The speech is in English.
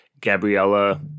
Gabriella